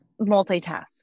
multitask